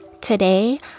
Today